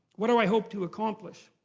what do i hope to accomplish?